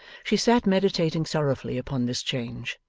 she sat meditating sorrowfully upon this change,